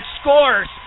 scores